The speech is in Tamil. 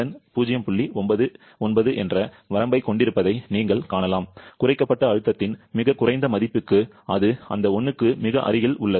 9 என்ற வரம்பைக் கொண்டிருப்பதை நீங்கள் காணலாம் குறைக்கப்பட்ட அழுத்தத்தின் மிகக் குறைந்த மதிப்புக்கு அது அந்த 1 க்கு மிக அருகில் உள்ளது